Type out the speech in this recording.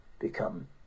become